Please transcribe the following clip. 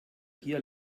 hier